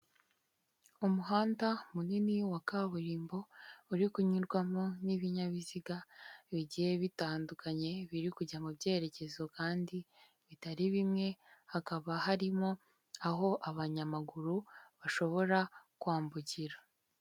Umuhanda munini wa kaburimbo, uri kunyurwamo n'ibinyabiziga bigiye bitandukanye, biri kujya mu byerekezo kandi bitari bimwe, hakaba harimo aho abanyamaguru bashobora kwambukira.